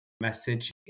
message